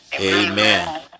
Amen